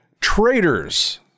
Traitors